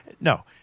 no